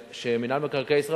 שבהם מינהל מקרקעי ישראל,